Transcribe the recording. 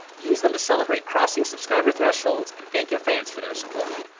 use them to celebrate crossing subscriber thresholds and thank your fans for their support.